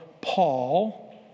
Paul